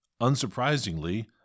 Unsurprisingly